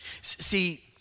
See